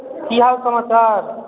की हाल समाचार